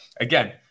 again